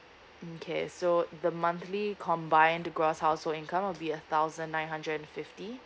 okay so the monthly combined gross household income will be a thousand nine hundred and fifty